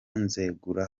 nzenguruka